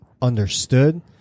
understood